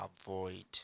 avoid